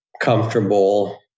comfortable